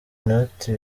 noti